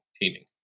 teaming